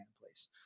place